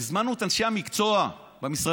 והזמנו את אנשי המקצוע במשרדים,